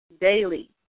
daily